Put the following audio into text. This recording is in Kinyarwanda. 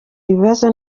ibibazo